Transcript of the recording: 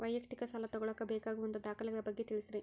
ವೈಯಕ್ತಿಕ ಸಾಲ ತಗೋಳಾಕ ಬೇಕಾಗುವಂಥ ದಾಖಲೆಗಳ ಬಗ್ಗೆ ತಿಳಸ್ರಿ